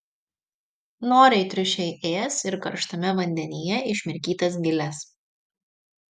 noriai triušiai ės ir karštame vandenyje išmirkytas giles